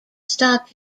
stop